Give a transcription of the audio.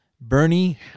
Bernie